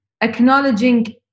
acknowledging